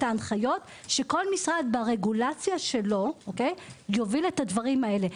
ההנחיות כשכל משרד ברגולציה שלו יוביל את הדברים האלו.